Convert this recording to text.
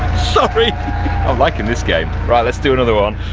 sorry. i'm liking this game. right let's do another one.